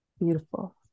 Beautiful